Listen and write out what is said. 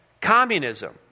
communism